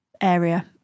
area